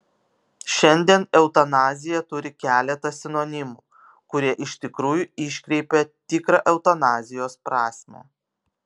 šiandien eutanazija turi keletą sinonimų kurie iš tikrųjų iškreipia tikrą eutanazijos prasmę